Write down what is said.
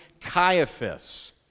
Caiaphas